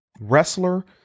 wrestler